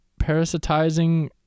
parasitizing